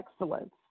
excellence